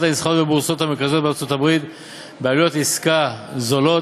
הנסחרות בבורסות המרכזיות בארצות-הברית בעלויות עסקה זולות,